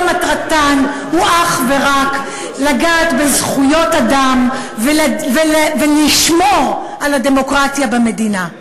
מטרתן היא אך ורק לגעת בזכויות אדם ולשמור על הדמוקרטיה במדינה.